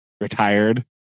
retired